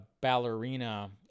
ballerina